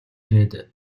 ирээд